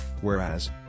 Whereas